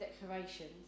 declarations